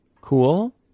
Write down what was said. cool